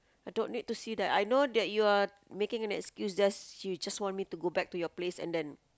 I don't need to see that I know that you are making an excuse just you just want me to go back to your place and then